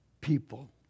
people